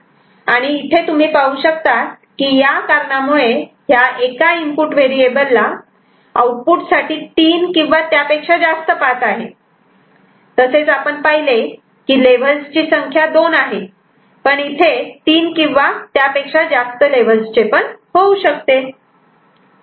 आणि इथे तुम्ही पाहू शकतात की या कारणामुळे ह्या एका इनपुट व्हेरिएबलला आउटपुट साठी तीन किंवा त्यापेक्षा जास्त पाथ आहेत तसेच आपण पाहिले की लेव्हल्स ची संख्या दोन आहे पण इथे तीन किंवा त्यापेक्षा जास्त लेव्हल्स चे होऊ शकते